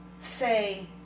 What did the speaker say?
say